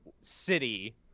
city